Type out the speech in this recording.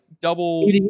double